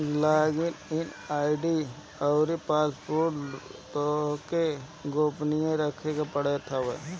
log in ID अउरी password तोहके गोपनीय रखे के पड़त हवे